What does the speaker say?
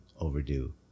overdue